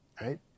right